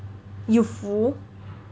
youthful